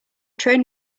train